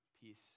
peace